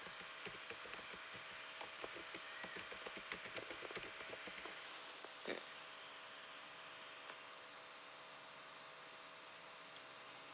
mm